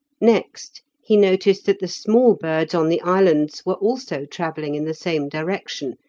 next he noticed that the small birds on the islands were also travelling in the same direction,